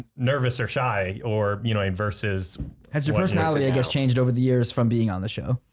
nervous or shy or you know in verses as your tonality goes changed over the years from being on the show,